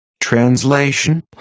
Translation